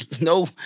no